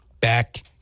back